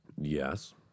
Yes